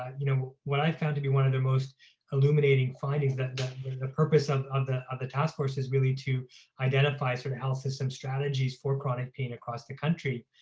you know what i found to be one of the most illuminating findings that the purpose of of the of the task force is really to identify sort of health system strategies for chronic pain across the country.